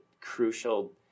crucial